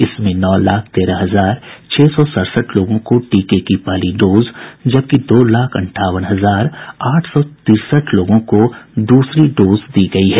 इसमें नौ लाख तेरह हजार छह सौ सड़सठ लोगों को टीके की पहली खुराक जबकि दो लाख अंठावन हजार आठ सौ तिरसठ लोगों को दूसरी खुराक दी गयी है